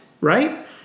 right